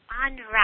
unwrap